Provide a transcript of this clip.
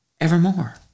evermore